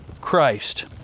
christ